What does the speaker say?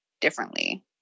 differently